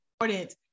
important